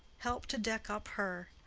help to deck up her.